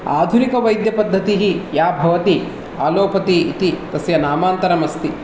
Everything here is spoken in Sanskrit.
आधुनिकवैद्यपद्धतिः या भवति अलोपति इति तस्य नामान्तरमस्ति